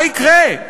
מה יקרה?